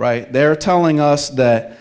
they're telling us that